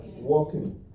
walking